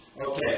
Okay